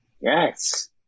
Yes